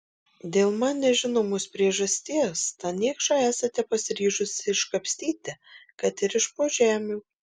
dėl man nežinomos priežasties tą niekšą esate pasiryžusi iškapstyti kad ir iš po žemių